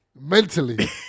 Mentally